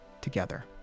together